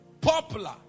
popular